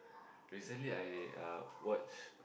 recently I uh watch